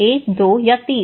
एक दो तीन